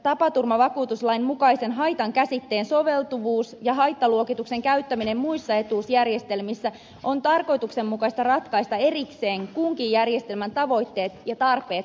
tapaturmavakuutuslain mukaisen haitan käsitteen soveltuvuus ja haittaluokituksen käyttäminen muissa etuusjärjestelmissä on tarkoituksenmukaista ratkaista erikseen kunkin järjestelmän tavoitteet ja tarpeet huomioon ottaen